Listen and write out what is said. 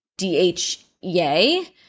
DHEA